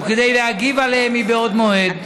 וכדי להגיב עליהם מבעוד מועד,